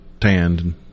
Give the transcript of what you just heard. tanned